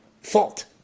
Fault